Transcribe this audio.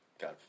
god